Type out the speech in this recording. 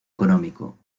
económico